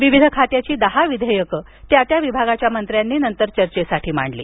विविध खात्याची दहा विधेयक त्या त्या विभागाच्या मंत्र्यांनी चर्चेसाठी मांडली